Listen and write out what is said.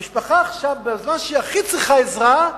המשפחה, בזמן שהיא הכי צריכה עזרה,